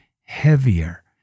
heavier